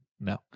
No